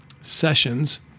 sessions